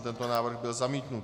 Tento návrh byl zamítnut.